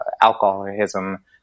alcoholism